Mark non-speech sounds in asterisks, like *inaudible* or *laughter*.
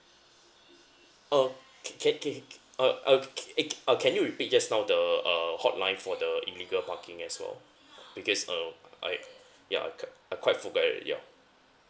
uh c~ ca~ can~ he c~ uh uh *noise* uh can you repeat just now the uh hotline for the illegal parking as well uh because uh *noise* I ya I q~ I quite forget already yeah